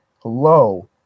Hello